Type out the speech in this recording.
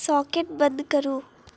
socket बन्द करू